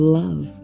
love